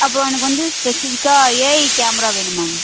அப்புறம் எனக்கு வந்து ஸ்பெஸிஃபிக்காக ஏஐ கேமரா வேணும் மேம்